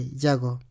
jago